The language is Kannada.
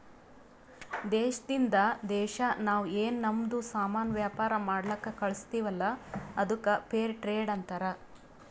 ದೇಶದಿಂದ್ ದೇಶಾ ನಾವ್ ಏನ್ ನಮ್ದು ಸಾಮಾನ್ ವ್ಯಾಪಾರ ಮಾಡ್ಲಕ್ ಕಳುಸ್ತಿವಲ್ಲ ಅದ್ದುಕ್ ಫೇರ್ ಟ್ರೇಡ್ ಅಂತಾರ